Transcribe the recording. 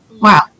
wow